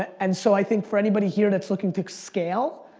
and so i think for anybody here that's looking to scale,